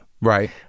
Right